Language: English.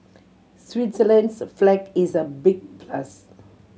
Switzerland's flag is a big plus